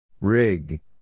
Rig